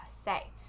say